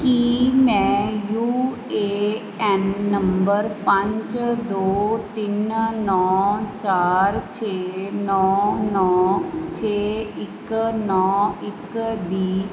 ਕੀ ਮੈਂ U A N number ਪੰਜ ਦੋ ਤਿੰਨ ਨੌਂ ਚਾਰ ਛੇ ਨੌਂ ਨੌਂ ਛੇ ਇੱਕ ਨੌਂ ਇੱਕ ਦੀ